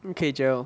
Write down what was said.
okay jarrell